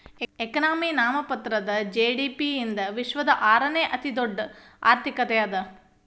economy ನಾಮಮಾತ್ರದ GDP ಯಿಂದ ವಿಶ್ವದ ಆರನೇ ಅತಿದೊಡ್ಡ್ ಆರ್ಥಿಕತೆ ಅದ